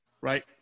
right